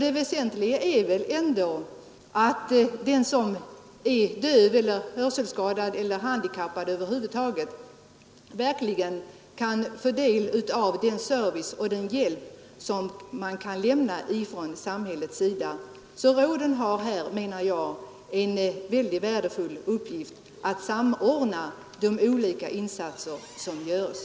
Det väsentliga är väl ändå att den som är döv, hörselskadad eller handikappad över huvud taget verkligen kan få del av den service och den hjälp som samhället kan lämna. Råden har, menar jag, en mycket betydelsefull uppgift när det gäller att samordna de olika insatser som görs.